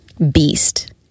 beast